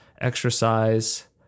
exercise